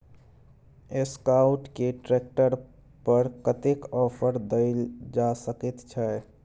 Escort के tractor पर कतेक ऑफर दैल जा सकेत छै?